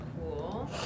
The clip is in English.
cool